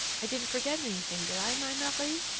i didn't forget anything, did i, my marie?